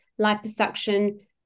liposuction